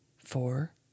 four